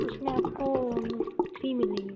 उसमें आपको थ्री मिलेंगे